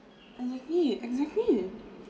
exactly exactly